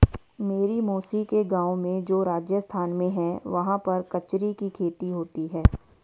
मेरी मौसी के गाँव में जो राजस्थान में है वहाँ पर कचरी की खेती होती है